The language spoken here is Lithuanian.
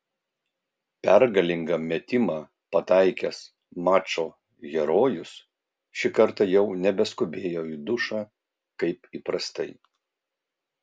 pergalingą metimą pataikęs mačo herojus šį kartą jau nebeskubėjo į dušą kaip įprastai